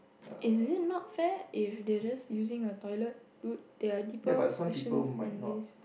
is it not fair if they just using a toilet good their deeper questions then is